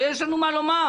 הרי יש לנו מה לומר.